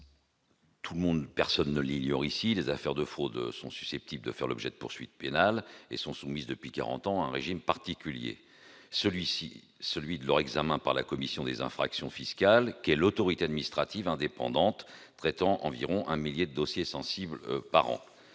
un marronnier ! Personne ne l'ignore ici : les affaires de fraude, qui sont susceptibles de faire l'objet de poursuites pénales, sont soumises depuis quarante ans à un régime particulier, celui de leur examen par la Commission des infractions fiscales, autorité administrative indépendante traitant environ un millier de dossiers sensibles par an.